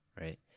right